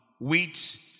wheat